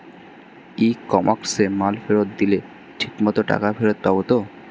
ই কমার্সে মাল ফেরত দিলে ঠিক মতো টাকা ফেরত পাব তো?